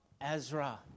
Ezra